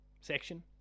section